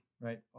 Right